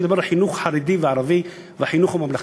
אני מדבר על החינוך החרדי והערבי והחינוך הממלכתי,